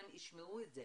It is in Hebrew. שהם ישמעו את זה